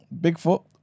Bigfoot